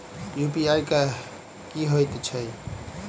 UPI की हएत छई?